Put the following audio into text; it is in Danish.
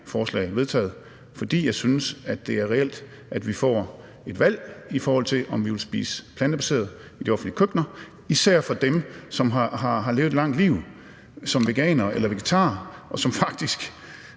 forslag vedtaget, fordi jeg synes, at det er reelt, at vi får et valg, i forhold til om vi vil spise plantebaseret i de offentlige køkkener, især for dem, som har levet et langt liv som veganere eller vegetarer, og for hvem